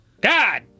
God